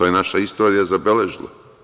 To je naša istorija zabeležila.